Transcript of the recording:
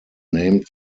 named